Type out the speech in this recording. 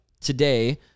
today